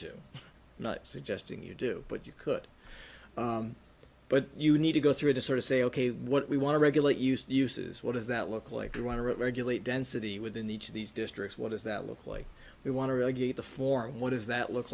to not suggesting you do but you could but you need to go through to sort of say ok what we want to regulate use uses what does that look like you want to regulate density within the each of these districts what does that look like they want to regulate the form what does that look